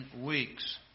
weeks